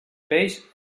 peix